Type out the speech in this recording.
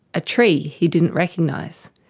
a tree he didn't recognise.